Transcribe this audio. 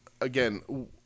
again